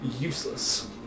useless